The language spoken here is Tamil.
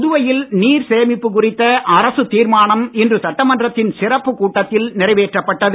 புதுவையில் நீர் சேமிப்பு குறித்த அரசுத் தீர்மானம் இன்று சட்டமன்றத்தின் சிறப்புக் கூட்டத்தில் நிறைவேற்றப் பட்டது